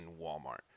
Walmart